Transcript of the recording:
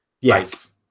Yes